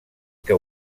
que